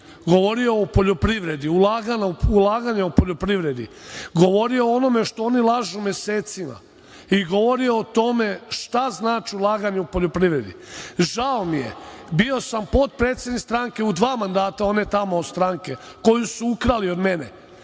govorio o poljoprivredi, o ulaganjima u poljoprivredi, govorio o onome što oni lažu mesecima i govorio o tome šta znače ulaganje u poljoprivredi. Žao mi je, bio sam potpredsednik stranke u dva mandata, one tamo stranke koju su ukrali od mene,